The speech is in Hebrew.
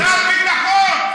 שר ביטחון.